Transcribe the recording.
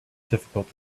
difficult